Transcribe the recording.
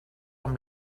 amb